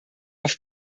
auf